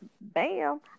bam